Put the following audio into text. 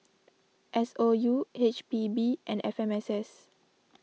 S O U H P B and F M S S